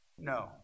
No